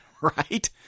Right